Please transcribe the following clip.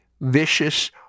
vicious